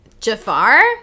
Jafar